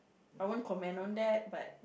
I won't comment on that but